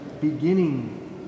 beginning